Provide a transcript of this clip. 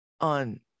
on